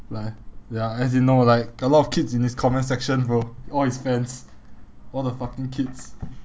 like ya as in no like a lot of kids in his comment session bro all his fans all the fucking kids